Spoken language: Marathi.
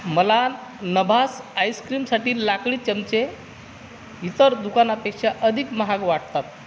मला नभास आईस्क्रीमसाठी लाकडी चमचे इतर दुकानापेक्षा अधिक महाग वाटतात